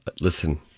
Listen